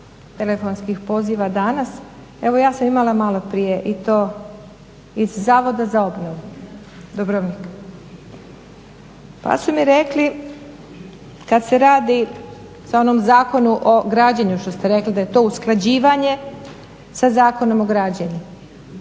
telefonskih poziva danas. Evo ja sam imala maloprije i to iz Zavoda za obnovu Dubrovnika. Pa su mi rekli kad se radi o onom Zakonu o građenju što ste rekli da je to usklađivanje sa Zakonom o građenju.